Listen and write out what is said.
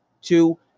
Two